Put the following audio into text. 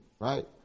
Right